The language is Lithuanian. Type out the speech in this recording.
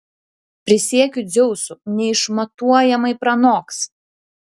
prisiekiu dzeusu neišmatuojamai pranoks